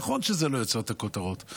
נכון שזה לא יוצר את הכותרות,